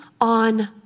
On